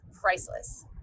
priceless